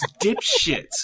dipshits